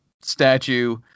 statue